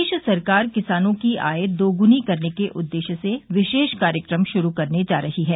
प्रदेश सरकार किसानों की आय दोगुनी करने के उद्देश्य से विशेष कार्यक्रम शुरू करने जा रही है